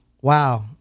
Wow